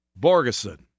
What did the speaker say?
Borgeson